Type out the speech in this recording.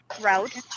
route